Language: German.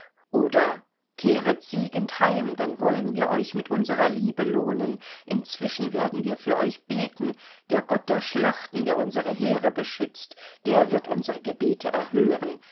oder kehret siegend heim dann wollen wir euch mit unserer liebe lohnen inzwischen werden wir für euch beten der gott der schlachten der unsere heere beschützt der wird unsere gebete erhören